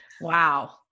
Wow